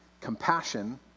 Compassion